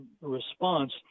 response